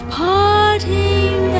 parting